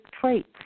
traits